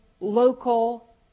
local